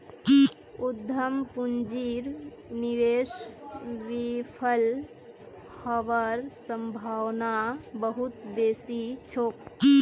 उद्यम पूंजीर निवेश विफल हबार सम्भावना बहुत बेसी छोक